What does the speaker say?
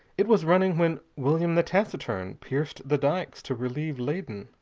it was running when william the taciturn pierced the dikes to relieve leyden.